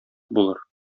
булыр